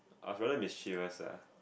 I was rather mischievous ah